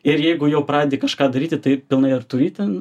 ir jeigu jau pradedi kažką daryti tai pilnai ir turi ten